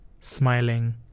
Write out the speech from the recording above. smiling